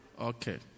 Okay